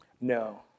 No